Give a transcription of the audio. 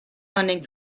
funding